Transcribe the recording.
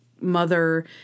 mother